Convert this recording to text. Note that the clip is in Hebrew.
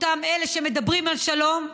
אותם אלה שמדברים על שלום,